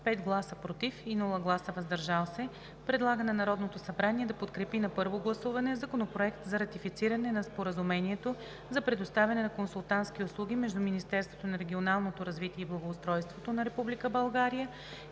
5 гласа „против“ и без „въздържал се“ предлага на Народното събрание да подкрепи на първо гласуване Законопроект за ратифициране на Споразумението за предоставяне на консултантски услуги между Министерството на регионалното развитие и благоустройството на Република България